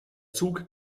zug